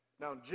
Now